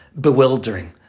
bewildering